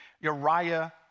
Uriah